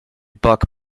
bug